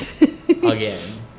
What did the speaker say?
Again